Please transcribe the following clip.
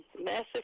massive